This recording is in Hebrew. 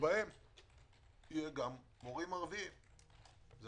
ובהם גם מורים ערבים.